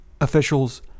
officials